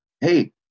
Hey